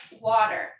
water